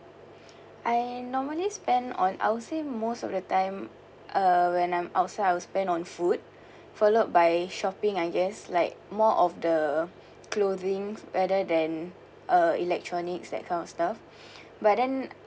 I normally spend on I'll say most of the time uh when I'm outside I will spend on food followed by shopping I guess like more of the clothing rather than uh electronics that kind of stuff but then